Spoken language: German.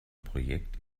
projekt